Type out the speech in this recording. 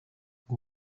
ngo